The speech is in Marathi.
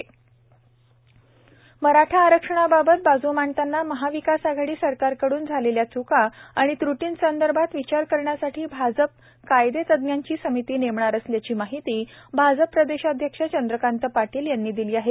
चंद्रकांत पाटील म्ंबई पश्चिम पीटीसी मराठा आरक्षणाबाबत बाजू मांडताना महाविकास आघाडी सरकारकडून झालेल्या च्का आणि त्र्टीसंदर्भात विचार करण्यासाठी भाजप कायदे तज्ज्ञांची समिती नेमणार असल्याची माहिती भाजप प्रदेशाध्यक्ष चंद्रकांत पाटील यांनी दिली आहे